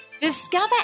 Discover